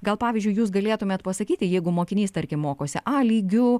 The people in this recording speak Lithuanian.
gal pavyzdžiui jūs galėtumėt pasakyti jeigu mokinys tarkim mokosi a lygiu